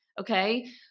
Okay